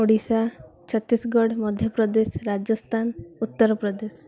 Odisha Chhattisgarh Madhya Pradesh Rajasthan Uttar Pradesh